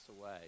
away